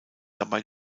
dabei